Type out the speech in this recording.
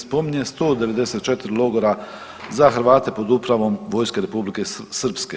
Spominje 194 logora za Hrvate pod upravom Vojske Republike Srpske.